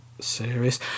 serious